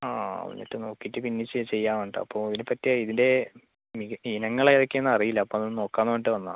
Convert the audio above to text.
ആ എന്നിട്ട് നോക്കിയിട്ട് പിന്നെ ചെയ്യാമെന്ന് പറഞ്ഞിട്ടാണ് അപ്പോൾ ഇതിന് പറ്റിയ ഇതിൻ്റെ എനിക്ക് ഇനങ്ങൾ ഏതൊക്കെയാണെന്ന് അറിയില്ല അപ്പോൾ അതൊന്ന് നോക്കാമെന്ന് വേണ്ടിയിട്ട് വന്നതാണ്